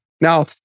Now